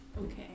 Okay